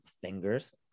fingers